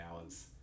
hours